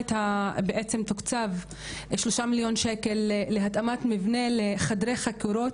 תוקצבו שלושה מיליון שקלים להתאמת מבנה לחדרי חקירות